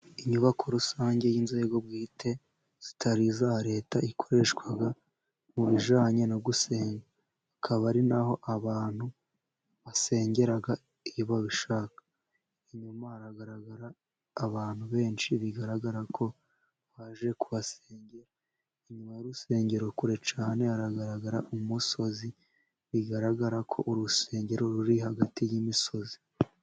Inyubako rusange y'inzego bwite zitari iza leta, ikoreshwa mu bijyanye no gusenga. Hakaba ari naho abantu basengera iyo babishaka. Inyuma hagaragara abantu benshi bigaragara ko baje kuhasengera. Inyuma y' urusengero kure cyane hagaragara umusozi, bigaragara ko urusengero ruri hagati y'imisozi.